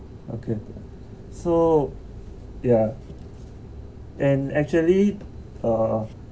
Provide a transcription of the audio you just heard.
so yeah and actually uh